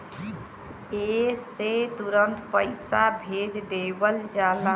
एह से तुरन्ते पइसा भेज देवल जाला